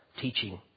teaching